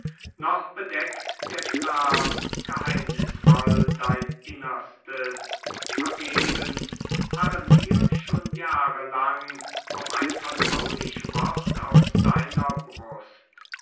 noch bedeckt der gram geheimnisvoll dein innerstes vergebens harren wir schon jahre lang auf ein vertraulich wort aus deiner brust